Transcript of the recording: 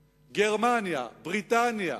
גרמניה, בריטניה,